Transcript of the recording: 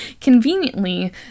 conveniently